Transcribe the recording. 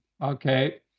Okay